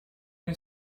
you